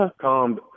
calm